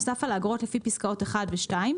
נוסף300 על האגרות לפי פסקאות (1) ו-(2).